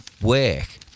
work